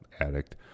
addict